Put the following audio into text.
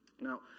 Now